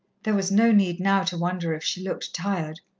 there was no need now to wonder if she looked tired.